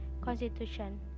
Constitution